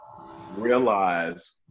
realize